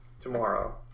tomorrow